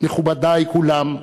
מכובדי כולם,